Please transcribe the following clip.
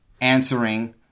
answering